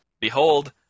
Behold